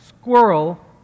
squirrel